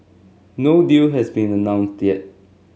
no deal has been announced yet